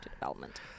development